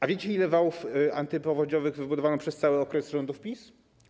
A wiecie, ile kilometrów wałów antypowodziowych wybudowano przez cały okres rządów PiS?